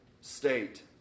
state